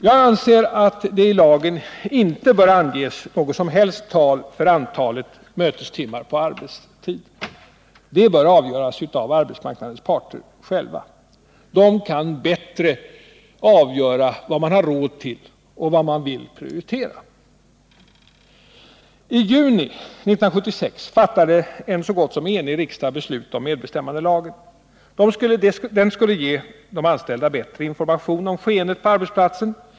Jag anser att det i lagen inte bör anges något som helst tal för antalet mötestimmar på arbetstid. Detta bör avgöras av arbetsmarknadens parter själva. De kan bättre avgöra vad man har råd till och vad man vill prioritera. I juni 1976 fattade en så gott som enig riksdag beslut om medbestämmandelagen. Den skulle ge de anställda bättre information om skeendet på arbetsplatsen.